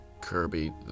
Kirby